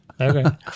Okay